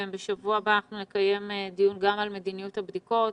בשבוע הבא אנחנו נקיים דיון גם על מדיניות הבדיקות